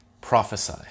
Prophesy